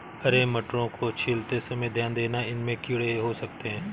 हरे मटरों को छीलते समय ध्यान देना, इनमें कीड़े हो सकते हैं